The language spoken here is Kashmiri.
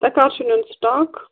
تۄہہِ کَر چھُو نیُن سٹاک